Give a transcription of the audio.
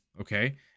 okay